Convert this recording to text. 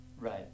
Right